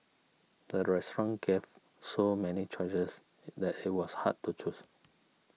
the restaurant gave so many choices that it was hard to choose